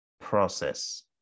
process